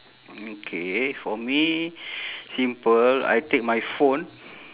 okay for me simple I take my phone